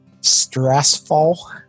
stressful